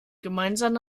gemeinsam